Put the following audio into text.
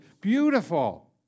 Beautiful